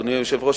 אדוני היושב-ראש,